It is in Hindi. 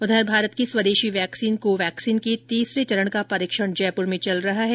इधर भारत की स्वदेशी वैक्सीन कोवैक्सीन के तीसरे चरण का परीक्षण जयपुर में चल रहा है